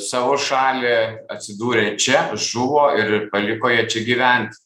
savo šalį atsidūrė čia žuvo ir paliko jie čia gyvent